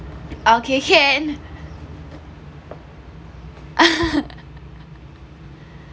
okay can